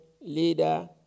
leader